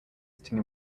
sitting